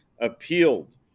appealed